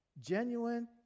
Genuine